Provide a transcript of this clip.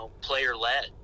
player-led